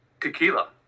tequila